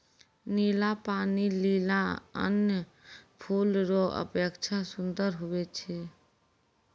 नीला पानी लीली अन्य फूल रो अपेक्षा सुन्दर हुवै छै